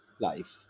life